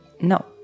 No